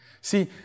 See